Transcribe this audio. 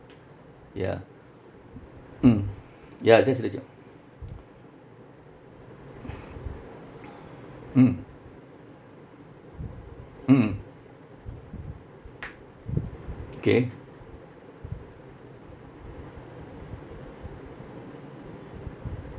ya mm ya that's mm mm K